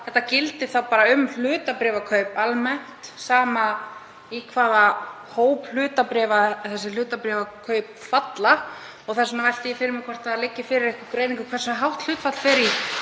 þetta gildi bara um hlutabréfakaup almennt, sama í hvaða hóp hlutabréfa þessi hlutabréfakaup falla. Þess vegna velti ég fyrir mér hvort það liggi fyrir einhver greining á hversu hátt hlutfall fer í